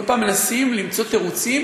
כל פעם מנסים למצוא תירוצים,